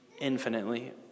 infinitely